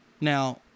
now